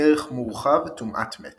ערך מורחב – טומאת מת